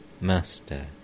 Master